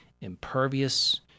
impervious